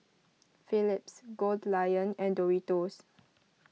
Philips Goldlion and Doritos